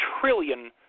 trillion